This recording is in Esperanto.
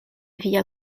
via